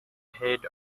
head